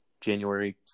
January